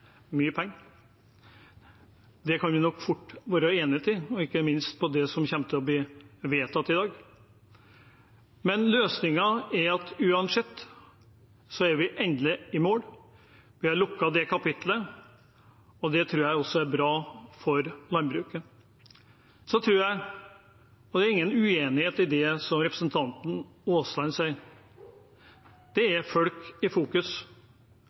Det kan vi nok fort være enig i, ikke minst når det gjelder det som kommer til å bli vedtatt i dag. Men løsningen er at vi uansett endelig er i mål. Vi har lukket det kapittelet, og det tror jeg også er bra for landbruket. Så tror jeg – og det er ingen uenighet med det som representanten Aasland sier – at det er folk i fokus.